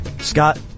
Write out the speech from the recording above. Scott